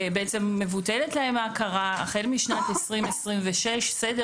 שמבוטלת להם ההכרה החל משנת 2026. זה סדר